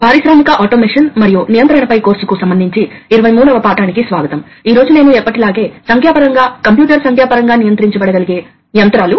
కీవర్డ్లు pilot pressure flow control valve actuator direction control valve exhaust valve flow control check valve pilot port